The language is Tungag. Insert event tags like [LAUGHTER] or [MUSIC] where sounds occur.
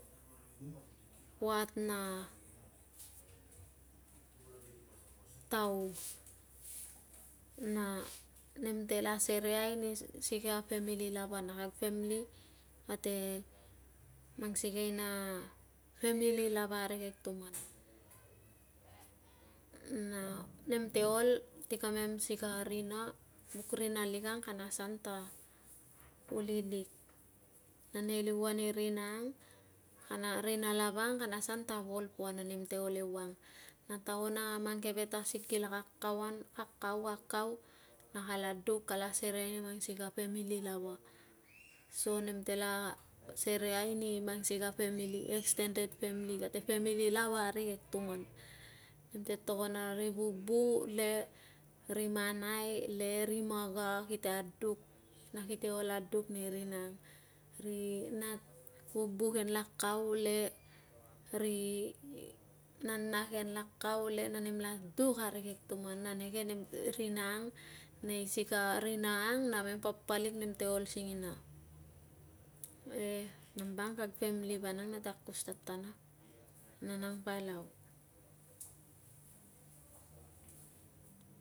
Puat na taug na nemtela sereai ni sikei a famili lava. na kag famili kate mang sikei a famili lava arigek tuman na nemte ol si kamem sikei a rina, vuk rina lik ang kana asan ta ulilik na nei liuan i rina ang rina lava ang, kana asan ta volpua na nemte ol ewang na tan ang a mang keve tasig kila kakauan, kakau, kakau na kala duk kala asareai ni angposikai na famili lava so nemtela asereai ni ang posikai na famili, extended, kate famili lava arigek tuman. nemte tokon ari bubu le ri manai le ri maga kite aduk na kite ol aduk nei rina ang. Ri nat kubu kinla kau le ri nana kinla kau na nemla duk arigek tuman, na neke nem- rina ang nei sikei a rina ang na mem papalik nemte ol singina, e nambang kag famili vanang ate akus tatana na nang palau. [NOISE]